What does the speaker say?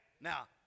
now